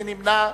מי נמנע?